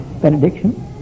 benediction